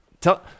tell